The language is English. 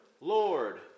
Lord